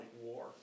War